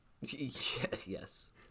yes